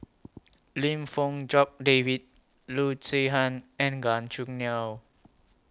Lim Fong Jock David Loo Zihan and Gan Choo Neo